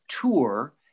tour